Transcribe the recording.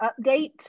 update